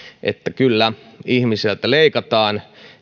että kyllä ihmiseltä leikataan